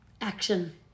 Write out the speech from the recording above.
Action